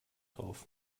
drauf